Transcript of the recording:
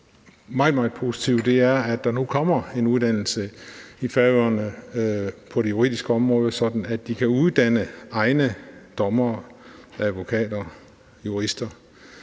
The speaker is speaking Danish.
meget, meget positiv, og det er, at der nu kommer en uddannelse i Færøerne på det juridiske område, sådan at de kan uddanne egne dommere, advokater, jurister,